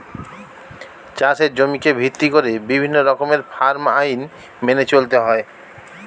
চাষের জমিকে ভিত্তি করে বিভিন্ন রকমের ফার্ম আইন মেনে চলতে হয়